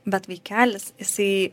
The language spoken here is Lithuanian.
bet vaikelis jisai